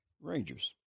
Rangers